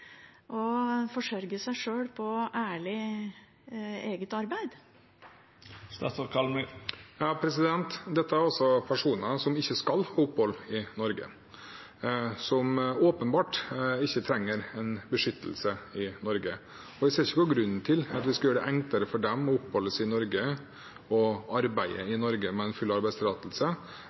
å forsørge seg sjøl med ærlig, eget arbeid? Dette er altså personer som ikke skal ha opphold i Norge, som åpenbart ikke trenger beskyttelse i Norge, og jeg ser ikke noen grunn til at vi skal gjøre det enklere for dem å oppholde seg i Norge og arbeide i Norge med full arbeidstillatelse.